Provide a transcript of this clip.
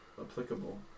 applicable